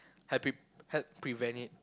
help~ help prevent it